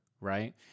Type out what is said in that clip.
right